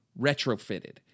retrofitted